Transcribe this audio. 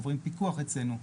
הם עוברים פיקוח אצלנו.